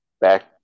back